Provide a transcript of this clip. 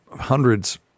hundreds –